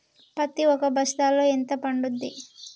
పత్తి ఒక బస్తాలో ఎంత పడ్తుంది?